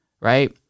right